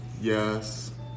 Yes